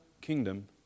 kingdom